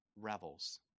revels